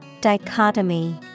Dichotomy